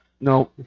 No